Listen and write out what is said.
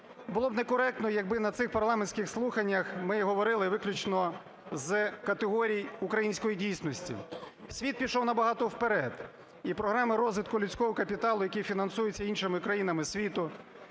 Було б некоректно, якби на цих парламентських слуханнях ми говорили виключно з категорій української дійсності. Світ пішов набагато вперед. І програми розвитку людського капіталу, які фінансуються іншими країнами світу,